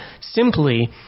simply